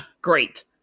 great